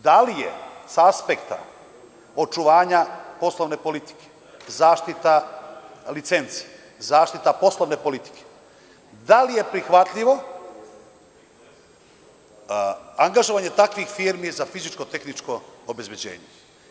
Da li je sa aspekta očuvanja poslovne politike, zaštita licenci, zaštita poslovne politike, da li je prihvatljivo angažovanje takvih firmi za fizičko-tehničko obezbeđenje?